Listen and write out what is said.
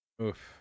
Oof